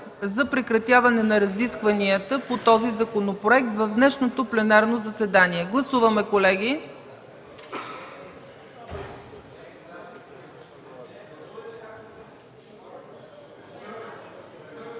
за прекратяване на разискванията по този законопроект в днешното пленарно заседание. Гласуваме, колеги.